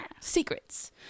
Secrets